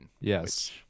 Yes